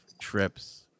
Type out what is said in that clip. trips